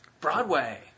Broadway